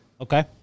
okay